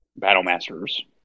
Battlemasters